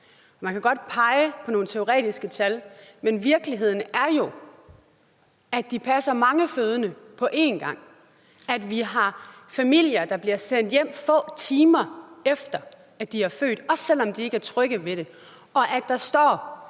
Man kan godt pege på nogle teoretiske tal, men virkeligheden er jo, at de passer mange fødende på én gang, at vi har familier, der bliver sendt hjem, få timer efter de har født, også selv om de ikke er trygge ved det, og at det